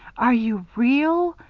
are you real?